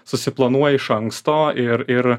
susiplanuoja iš anksto ir ir